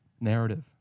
narrative